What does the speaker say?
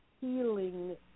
healing